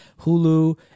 Hulu